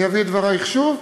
אני אביא את דברייך שוב,